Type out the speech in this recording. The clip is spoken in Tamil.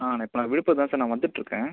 இப்போ நான் விழுப்புரம் தான் சார் வந்துட்டுருக்கேன்